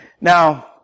Now